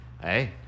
Hey